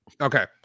Okay